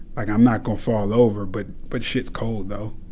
like i'm not gonna fall over, but but shit's cold though,